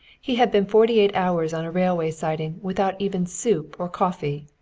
he had been forty-eight hours on a railway siding, without even soup or coffee.